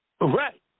Right